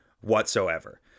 whatsoever